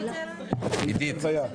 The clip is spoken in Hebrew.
עידית,